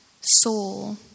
soul